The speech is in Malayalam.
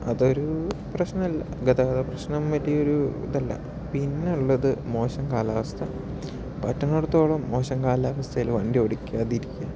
അതൊരു പ്രശ്നമല്ല ഗതാഗത പ്രശ്നം വലിയൊരു ഇതല്ല പിന്നെയുള്ളത് മോശം കാലാവസ്ഥ പറ്റുന്നിടത്തോളം മോശം കാലാവസ്ഥയിൽ വണ്ടിയോടിക്കാതിരിക്കുക